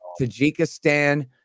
Tajikistan